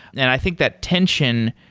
and i think that tension,